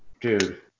Dude